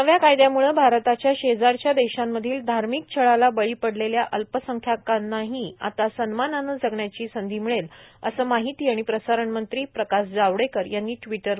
नव्या कायदयामुळे भारताच्या शेजारच्या देशांमधल्या धार्मिक छळाला बळी पडलेल्या अल्पसंख्यांकांना आता सन्मानानं जगण्याची संधी मिळेल असं माहिती आणि प्रसारणमंत्री प्रकाश जावडेकर यांनी ट्विटरवर म्हटलं आहे